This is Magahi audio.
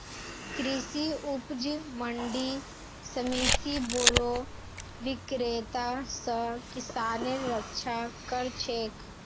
कृषि उपज मंडी समिति बोरो विक्रेता स किसानेर रक्षा कर छेक